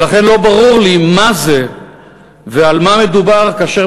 ולכן לא ברור לי מה זה ועל מה מדובר כאשר